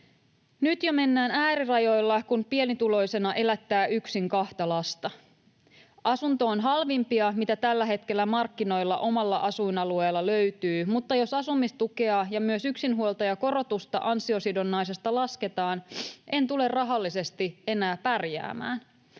”Nyt jo mennään äärirajoilla, kun pienituloisena elättää yksin kahta lasta. Asunto on halvimpia, mitä tällä hetkellä markkinoilla omalla asuinalueella löytyy, mutta jos asumistukea ja myös yksinhuoltajakorotusta ansiosidonnaisesta lasketaan, en tule rahallisesti enää pärjäämään.